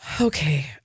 Okay